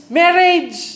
marriage